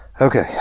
Okay